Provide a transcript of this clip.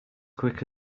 quick